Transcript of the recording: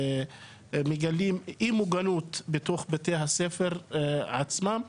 מרגישים אי מוגנות בתוך בתי הספר עצמם.